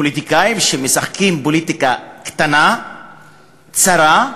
פוליטיקאים שמשחקים פוליטיקה קטנה, צרה,